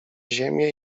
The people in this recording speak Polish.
ziemię